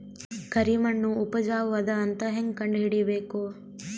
ಕರಿಮಣ್ಣು ಉಪಜಾವು ಅದ ಅಂತ ಹೇಂಗ ಕಂಡುಹಿಡಿಬೇಕು?